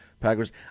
Packers